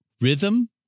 Rhythm